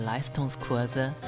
Leistungskurse